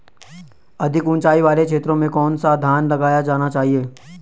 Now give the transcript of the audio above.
अधिक उँचाई वाले क्षेत्रों में कौन सा धान लगाया जाना चाहिए?